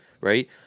Right